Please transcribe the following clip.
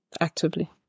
actively